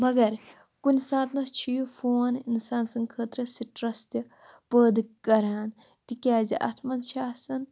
مگر کُنہِ سات نہ چھِ یہِ فون اِنسان سٕنٛدۍ خٲطرٕ سٕٹرٛٮ۪س تہِ پٲدٕ کَران تِکیٛازِ اَتھ منٛز چھِ آسان